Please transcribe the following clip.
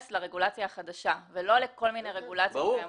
לרגולציה החדשה ולא לכל מיני רגולציות קיימות.